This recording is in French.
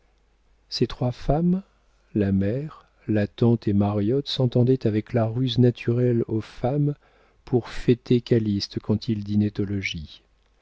ces trois femmes la mère la tante et mariotte s'entendaient avec la ruse naturelle aux femmes pour fêter calyste quand il dînait